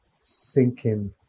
sinking